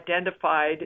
identified